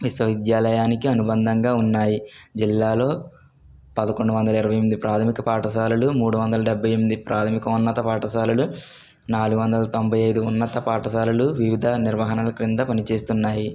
విశ్వవిద్యాలయానికి అనుబంధంగా ఉన్నాయి జిల్లాలో పదకొండు వందల ఇరవై ఎనిమిది ప్రాథమిక పాఠశాలలు మూడు వందల డెబ్బై ఎనిమిది ప్రాథమిక ఉన్నత పాఠశాలలు నాలుగు వందల తొంబై ఐదు ఉన్నత పాఠశాలలో వివిధ నిర్వహణ క్రింద పనిచేస్తున్నాయి